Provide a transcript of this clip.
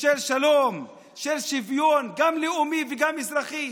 של שלום, של שוויון, גם לאומי וגם אזרחי,